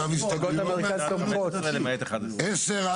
הצבעה בעד, 2 נגד, 6 לא